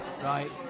right